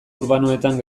urbanoetan